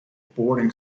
boarding